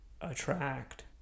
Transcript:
attract